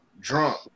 Drunk